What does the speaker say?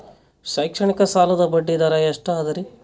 ಶೈಕ್ಷಣಿಕ ಸಾಲದ ಬಡ್ಡಿ ದರ ಎಷ್ಟು ಅದರಿ?